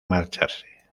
marcharse